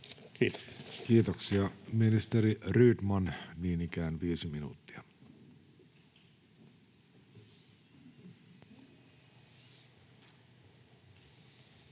Kiitoksia. — Ministeri Rydman, niin ikään viisi minuuttia. [Speech